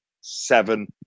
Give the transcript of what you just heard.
seven